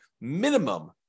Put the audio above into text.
minimum